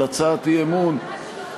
של הצעת אי-אמון,